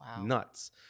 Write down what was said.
nuts